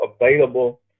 available